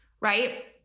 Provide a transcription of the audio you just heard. right